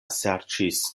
serĉis